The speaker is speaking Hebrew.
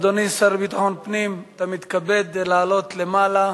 אדוני, השר לביטחון פנים, אתה מתכבד לעלות למעלה.